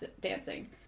dancing